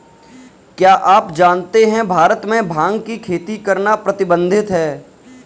क्या आप जानते है भारत में भांग की खेती करना प्रतिबंधित है?